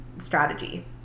strategy